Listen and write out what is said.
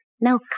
No